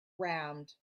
round